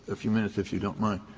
ah few minutes if you don't mind.